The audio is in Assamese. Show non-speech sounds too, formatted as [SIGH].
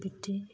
[UNINTELLIGIBLE]